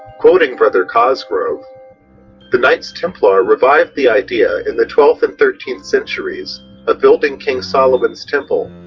quoting brother cosgrove the knights templar revived the idea in the twelfth and thirteenth centuries of building king solomon's temple,